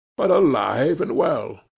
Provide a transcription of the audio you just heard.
but alive and well.